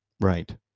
Right